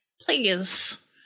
please